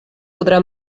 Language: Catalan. podrà